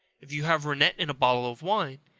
if you have rennet in a bottle of wine,